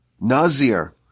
Nazir